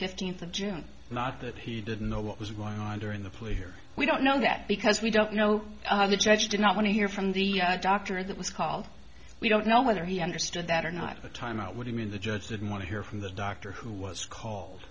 fifteenth of june not that he didn't know what was going on during the police here we don't know that because we don't know the judge did not want to hear from the doctor that was called we don't know whether he understood that or not a time out would mean the judge didn't want to hear from the doctor who was called